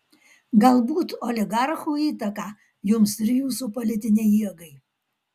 galbūt oligarchų įtaką jums ir jūsų politinei jėgai